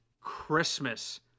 Christmas